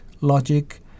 logic